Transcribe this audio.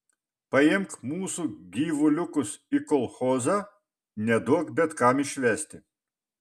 paimk mūsų gyvuliukus į kolchozą neduok bet kam išvesti